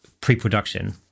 pre-production